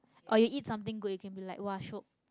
or you eat something good you can be like [wah] shiok